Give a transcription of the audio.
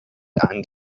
and